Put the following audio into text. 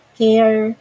care